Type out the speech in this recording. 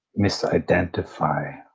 misidentify